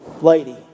lady